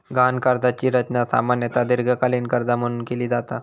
गहाण कर्जाची रचना सामान्यतः दीर्घकालीन कर्जा म्हणून केली जाता